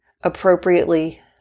appropriately